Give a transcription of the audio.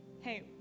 hey